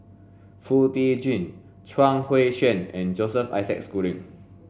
Foo Tee Jun Chuang Hui Tsuan and Joseph Isaac Schooling